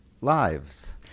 lives